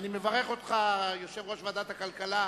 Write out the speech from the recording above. אני מברך אותך, יושב-ראש ועדת הכלכלה,